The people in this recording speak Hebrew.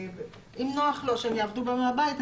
אם נוח לו שהם יעבדו גם מהבית,